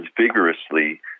vigorously